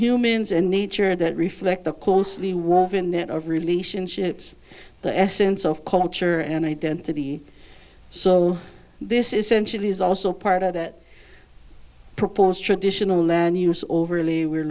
humans and nature that reflect the closely woven net of relationships the essence of culture and identity so this is sensual is also part of that proposed traditional land use overlay we're